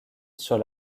sur